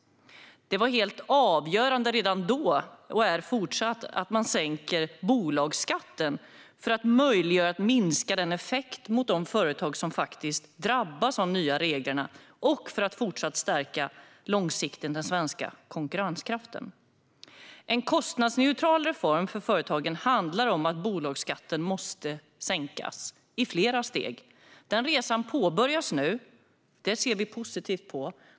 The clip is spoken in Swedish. Det var helt avgörande redan då - och det är det fortsatt - att man sänker bolagsskatten för att möjliggöra en minskning av effekten på företag som drabbas av de nya reglerna och för att fortsatt långsiktigt stärka den svenska konkurrenskraften. En kostnadsneutral reform för företagen handlar om att bolagsskatten måste sänkas i flera steg. Denna resa påbörjas nu, och det ser vi positivt på.